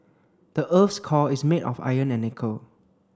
the earth's core is made of iron and nickel